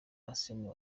arsenal